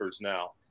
Now